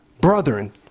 brethren